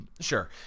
Sure